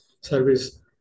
service